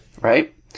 right